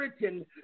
written